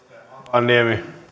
puhemies